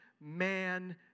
man